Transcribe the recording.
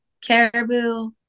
caribou